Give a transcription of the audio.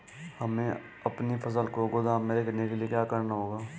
हमें अपनी फसल को गोदाम में रखने के लिये क्या करना होगा?